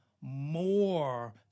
more